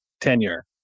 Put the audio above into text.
tenure